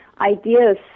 ideas